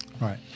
Right